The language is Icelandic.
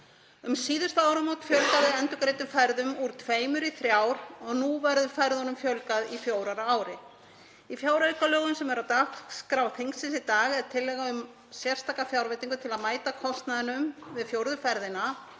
Um síðustu áramót fjölgaði endurgreiddum ferðum úr tveimur í þrjár og nú verður ferðunum fjölgað í fjórar á ári. Í fjáraukalögum sem eru á dagskrá þingsins í dag er tillaga um sérstaka fjárveitingu til að mæta kostnaðinum við fjórðu ferðina